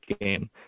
game